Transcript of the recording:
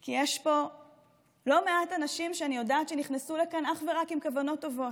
כי יש פה לא מעט אנשים שאני יודעת שנכנסו לכאן אך ורק עם כוונות טובות,